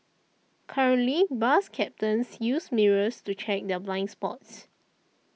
currently bus captains use mirrors to check their blind spots